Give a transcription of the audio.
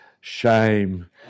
shame